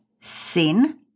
sin